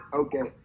okay